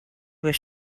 with